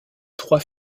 trois